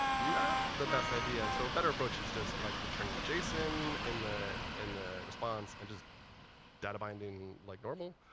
not the best idea. and so a better approach is just like returning json in the and the response and just data binding like normal.